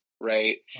Right